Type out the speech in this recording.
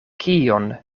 kion